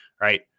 Right